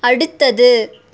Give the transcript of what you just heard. அடுத்தது